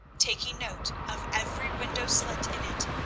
taking note of every window slit in it,